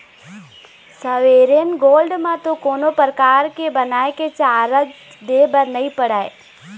sovereign gold म तो कोनो परकार के बनाए के चारज दे बर नइ पड़य